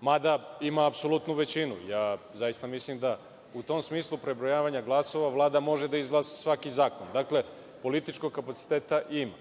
mada ima apsolutnu većinu. Zaista mislim da u tom smislu prebrojavanja glasova Vlada može da izglasa svaki zakon. Dakle, političkog kapaciteta ima.